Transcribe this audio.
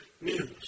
news